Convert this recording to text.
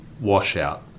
washout